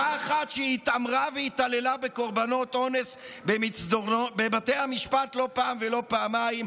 אותה אחת שהתעמרה והתעללה בקורבנות אונס בבתי המשפט לא פעם ולא פעמיים,